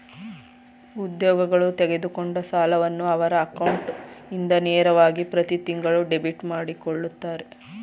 ಉದ್ಯೋಗಗಳು ತೆಗೆದುಕೊಂಡ ಸಾಲವನ್ನು ಅವರ ಅಕೌಂಟ್ ಇಂದ ನೇರವಾಗಿ ಪ್ರತಿತಿಂಗಳು ಡೆಬಿಟ್ ಮಾಡಕೊಳ್ಳುತ್ತರೆ